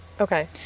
Okay